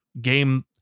game